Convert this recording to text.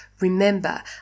Remember